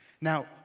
Now